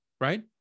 right